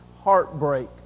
heartbreak